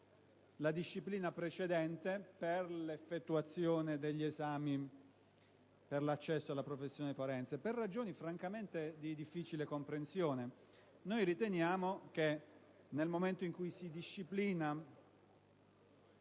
la disciplina precedente per l'effettuazione degli esami per l'accesso alla professione forense, per ragioni francamente di difficile comprensione. Noi riteniamo che, nel momento in cui si disciplina